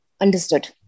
understood